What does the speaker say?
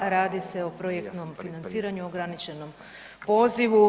Radi se o projektnom financiranju ograničenom pozivu.